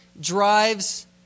drives